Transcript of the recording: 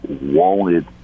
wanted